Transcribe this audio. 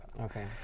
Okay